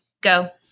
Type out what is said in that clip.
go